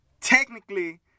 technically